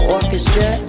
Orchestra